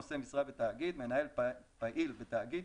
"נושא משרה בתאגיד" מנהל פעיל בתאגיד,